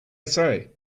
say